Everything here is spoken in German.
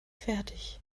fertig